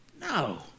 No